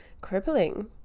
crippling